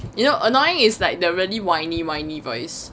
you know annoying is the really whiny whiny voice